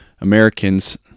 Americans